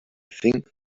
think